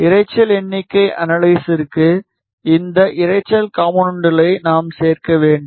இரைச்சல் எண்ணிக்கை அனலைஸிற்கு இந்த இரைச்சல் காம்போனென்ட்களை நாம் சேர்க்க வேண்டும்